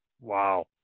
wow